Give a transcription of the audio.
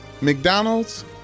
McDonald's